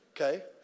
Okay